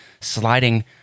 sliding